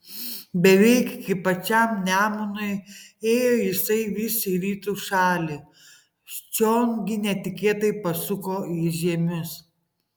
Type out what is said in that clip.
beveik iki pačiam nemunui ėjo jisai vis į rytų šalį čion gi netikėtai pasuko į žiemius